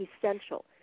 essential